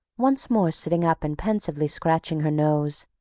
once more sitting up and pensively scratching her nose.